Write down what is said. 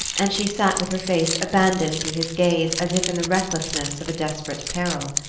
and she sat with her face abandoned to his gaze as if in the recklessness of a desperate peril.